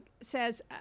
says